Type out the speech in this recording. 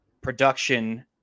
production